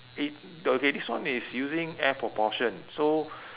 it okay this one is using air propulsion so